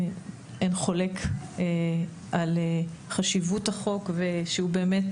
אין חולק על חשיבות החוק ושהוא באמת